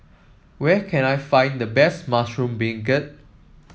where can I find the best Mushroom Beancurd